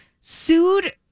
sued